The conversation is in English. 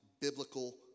biblical